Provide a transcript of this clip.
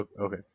okay